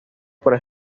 por